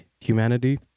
humanity